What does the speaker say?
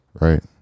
Right